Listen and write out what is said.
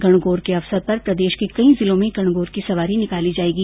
गणगौर के अवसर पर प्रदेश के कई जिलों में गणगौर की सवारी निकाली जायेगी